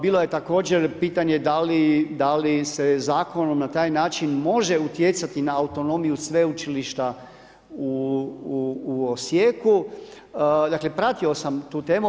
Bilo je također pitanje da li se zakonom na taj način može utjecati na autonomiju Sveučilišta u Osijeku, dakle pratio sam tu temu.